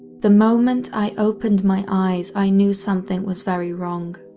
the moment i opened my eyes i knew something was very wrong.